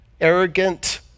arrogant